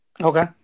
Okay